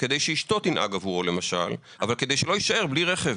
כדי שאשתו תנהג עבורו למשל אבל שלא יישאר בלי רכב.